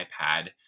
iPad